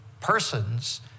persons